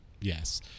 yes